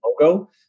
logo